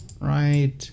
right